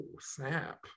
snap